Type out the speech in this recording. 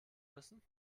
müssen